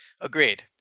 Agreed